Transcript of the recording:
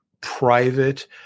private